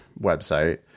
website